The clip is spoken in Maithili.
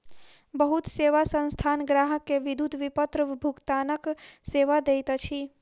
बहुत सेवा संस्थान ग्राहक के विद्युत विपत्र भुगतानक सेवा दैत अछि